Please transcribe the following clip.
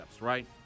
right